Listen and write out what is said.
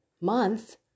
month